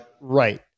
right